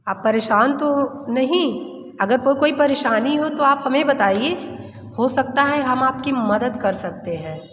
आप परेशान तो नहीं अगर कोई परेशानी हो तो आप हमें बताइए हो सकता है हम आपकी मदद कर सकते हैं